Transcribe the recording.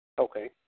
Okay